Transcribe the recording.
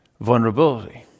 vulnerability